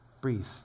Breathe